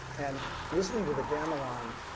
and listening to the gamelan,